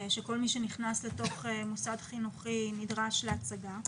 שכל מי שנכנס לתוך מוסד חינוכי נדרש להצגה.